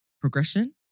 progression